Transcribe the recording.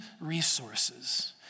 resources